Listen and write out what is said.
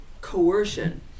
coercion